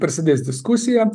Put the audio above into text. prasidės diskusija